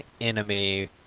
enemy